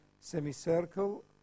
semicircle